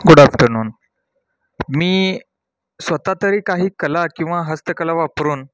good afternoon मी स्वतः तरी काही कला किंवा हस्तकला वापरून